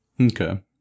Okay